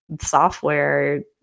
software